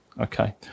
okay